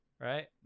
right